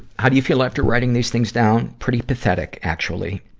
how do you feel after writing these things down? pretty pathetic, actually.